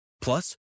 Plus